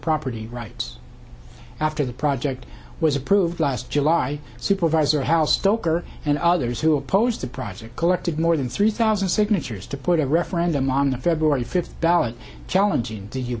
property rights after the project was approved last july supervisor how stoker and others who opposed the project collected more than three thousand signatures to put a referendum on the february fifth ballot challeng